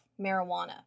marijuana